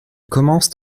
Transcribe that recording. commencent